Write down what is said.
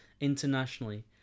internationally